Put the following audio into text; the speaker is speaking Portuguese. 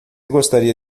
gostaria